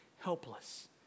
helpless